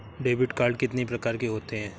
Debit card कितनी प्रकार के होते हैं?